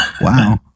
Wow